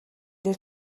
дээр